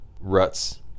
ruts